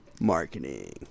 marketing